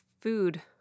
food